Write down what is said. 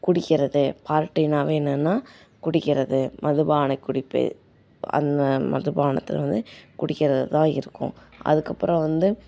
குடிக்கிறது பார்ட்டின்னாவே என்னான்னால் குடிக்கிறது மதுபான குடிப்பு அந்த மதுபானத்தில் வந்து குடிக்கிறது தான் இருக்கும் அதுக்கப்புறம் வந்து